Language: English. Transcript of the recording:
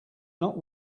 not